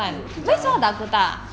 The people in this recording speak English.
就就这样 lor